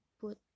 put